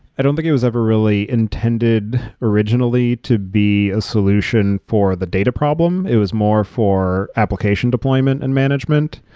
i don't think it was ever really intended originally to be a solution for the data problem. it was more for application deployment and management.